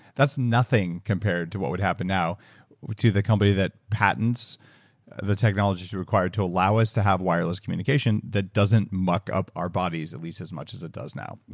that's nothing compared to what would happen now to the company that patents the technologies required to allows us to have wireless communication that doesn't muck up our bodies, at least as much as it does now.